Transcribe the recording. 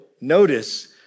notice